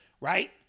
Right